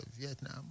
Vietnam